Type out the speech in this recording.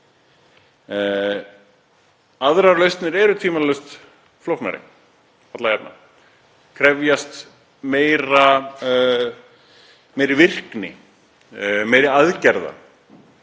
Aðrar lausnir eru tvímælalaust flóknari, alla jafna, krefjast meiri virkni, meiri aðgerða,